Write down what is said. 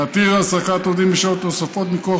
להתיר העסקת עובדים בשעות נוספות מכוח